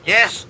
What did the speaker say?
Yes